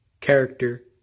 character